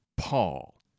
Paul